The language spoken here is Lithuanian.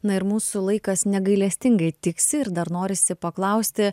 na ir mūsų laikas negailestingai tiksi ir dar norisi paklausti